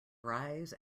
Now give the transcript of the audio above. rise